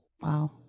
Wow